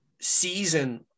season